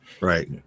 Right